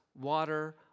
water